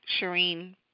Shireen